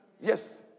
Yes